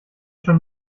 schon